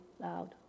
loud